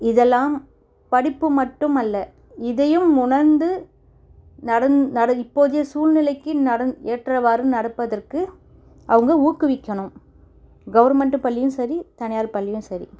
இதெலாம் படிப்பு மட்டும் அல்ல இதையும் உணர்ந்து நடந்து நட இப்போதைய சூழ்நிலைக்கு நடந் ஏற்றவாறு நடப்பதற்கு அவங்க ஊக்குவிக்கணும் கவுர்மெண்ட்டு பள்ளியும் சரி தனியார் பள்ளியும் சரி